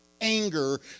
anger